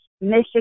Michigan